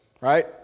right